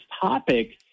topic